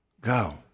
go